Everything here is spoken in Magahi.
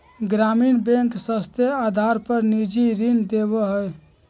ग्रामीण बैंक सस्ते आदर पर निजी ऋण देवा हई